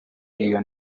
iyo